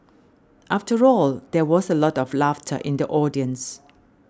after all there was a lot of laughter in the audience